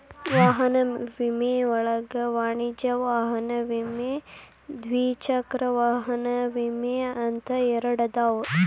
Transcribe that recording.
ವಾಹನ ವಿಮೆ ಒಳಗ ವಾಣಿಜ್ಯ ವಾಹನ ವಿಮೆ ದ್ವಿಚಕ್ರ ವಾಹನ ವಿಮೆ ಅಂತ ಎರಡದಾವ